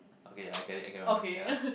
okay I get it I get what you mean ya